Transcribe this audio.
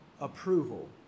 approval